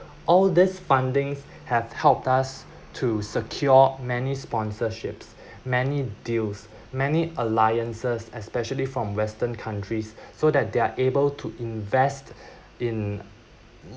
all these fundings have helped us to secure many sponsorships many deals many alliances especially from western countries so that they're able to invest in